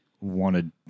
wanted